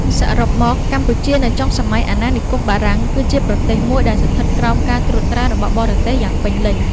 សរុបមក កម្ពុជានៅចុងសម័យអាណានិគមបារាំង គឺជាប្រទេសមួយដែលស្ថិតក្រោមការត្រួតត្រារបស់បរទេសយ៉ាងពេញលេញ។